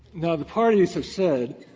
now, the parties have said